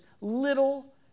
little